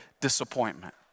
disappointment